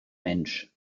mensch